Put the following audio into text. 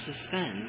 suspend